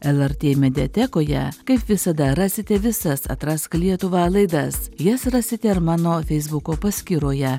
lrt mediatekoje kaip visada rasite visas atrask lietuvą laidas jas rasite ir mano feisbuko paskyroje